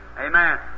Amen